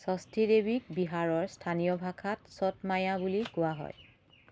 ষষ্ঠী দেৱীক বিহাৰৰ স্থানীয় ভাষাত ছট মাইয়া বুলি কোৱা হয়